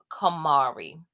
Kamari